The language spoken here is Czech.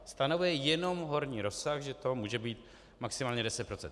Stanovuje jenom horní rozsah, že to může být maximálně 10 %.